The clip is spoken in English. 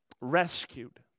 rescued